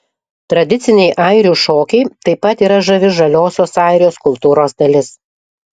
tradiciniai airių šokiai taip pat yra žavi žaliosios airijos kultūros dalis